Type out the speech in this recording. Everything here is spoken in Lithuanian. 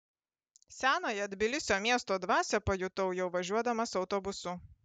senąją tbilisio miesto dvasią pajutau jau važiuodamas autobusu